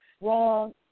wrong